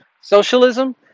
Socialism